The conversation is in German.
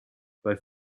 bei